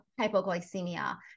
hypoglycemia